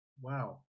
wow